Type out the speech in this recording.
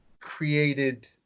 created